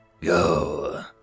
Go